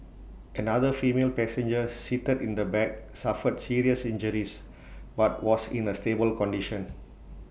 another female passenger seated in the back suffered serious injuries but was in A stable condition